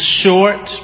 short